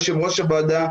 יושב-ראש הוועדה,